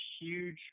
huge